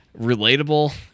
relatable